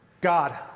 God